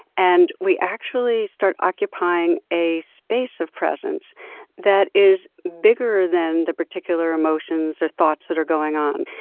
and we actually start occupying a space of presence that is bigger than the particular emotions or thoughts that are going on.